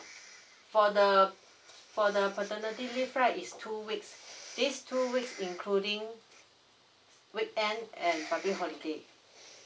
for the for the paternity leave right is two weeks these two weeks including weekend and public holiday